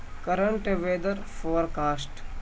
current weather forecast